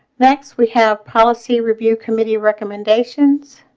next we have policy review committee recommendations.